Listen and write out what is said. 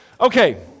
Okay